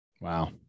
wow